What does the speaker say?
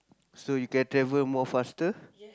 so you can travel more faster